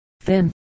thin